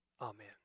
Amen